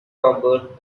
robert